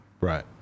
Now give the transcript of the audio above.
Right